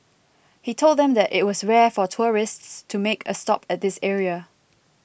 he told them that it was rare for tourists to make a stop at this area